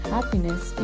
Happiness